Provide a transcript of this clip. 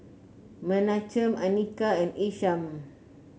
Menachem Anika and Isham